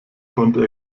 konnte